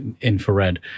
infrared